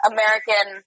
American